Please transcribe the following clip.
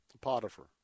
Potiphar